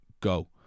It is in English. go